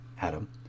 Adam